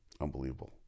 Unbelievable